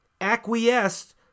acquiesced